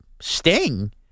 Sting